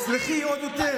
תצרחי עוד יותר,